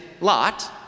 Lot